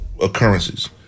occurrences